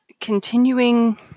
continuing